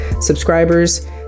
subscribers